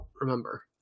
remember